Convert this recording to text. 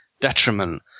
detriment